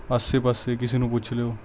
ਆਸੇ ਪਾਸੇ ਕਿਸੇ ਨੂੰ ਪੁੱਛ ਲਿਓ